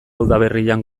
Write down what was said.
udaberrian